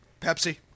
Pepsi